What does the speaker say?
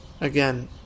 Again